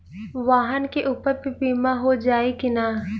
वाहन के ऊपर भी बीमा हो जाई की ना?